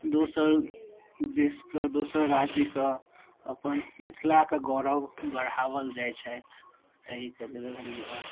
दोसर देशके दोसर राज्यके अपन मिथिलाके गौरव बढाओल जाइ छथि अहिके लेल धन्यवाद